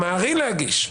תמהרי להגיש.